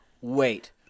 wait